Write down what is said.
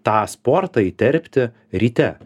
tą sportą įterpti ryte